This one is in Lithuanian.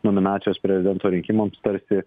nominacijos prezidento rinkimams tarsi